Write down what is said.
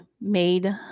made